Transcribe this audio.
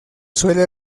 suele